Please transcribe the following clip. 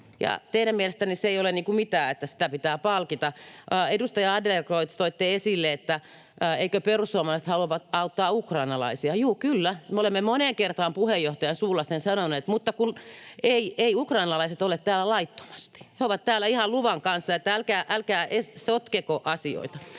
Teidän mielestänne se ei ole mitään, että siitä pitää palkita. Edustaja Adlercreutz, toitte esille, että eivätkö perussuomalaiset halua auttaa ukrainalaisia. Juu, kyllä, me olemme moneen kertaan puheenjohtajan suulla sen sanoneet. Mutta kun eivät ukrainalaiset ole täällä laittomasti. He ovat täällä ihan luvan kanssa, että älkää sotkeko asioita.